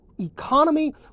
economy